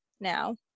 now